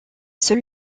seul